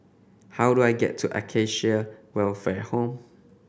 how do I get to Acacia Welfare Home